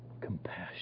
compassion